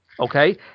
Okay